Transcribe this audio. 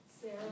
Sarah